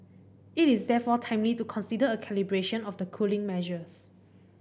it is therefore timely to consider a calibration of the cooling measures